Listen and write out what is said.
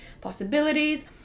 possibilities